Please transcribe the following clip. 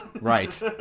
Right